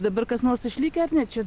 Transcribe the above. dabar kas nors išlikę ne čia